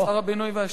שר הבינוי והשיכון.